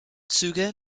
züge